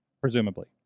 presumably